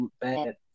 bad